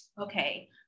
Okay